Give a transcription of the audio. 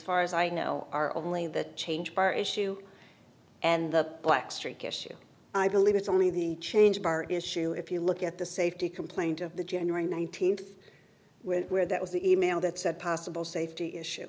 far as i know are only the change bar issue and the black streak issue i believe it's only the change bar issue if you look at the safety complaint of the january th with where that was the e mail that said possible safety issue